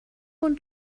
und